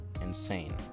insane